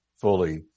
fully